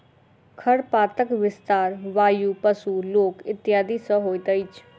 खरपातक विस्तार वायु, पशु, लोक इत्यादि सॅ होइत अछि